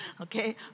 okay